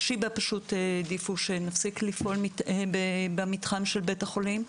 שיבא העדיפו שנפסיק לפעול במתחם בית החולים,